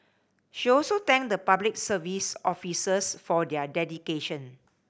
she also thanked the Public Service officers for their dedication